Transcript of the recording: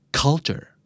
culture